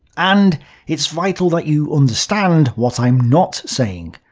and it's vital that you understand what i'm not saying.